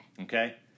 Okay